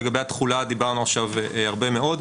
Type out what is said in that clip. לגבי התחולה דיברנו עכשיו הרבה מאוד,